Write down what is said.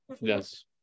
Yes